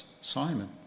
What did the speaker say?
Simon